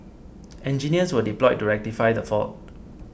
engineers were deployed to rectify the fault